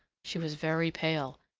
she was very pale,